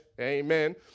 amen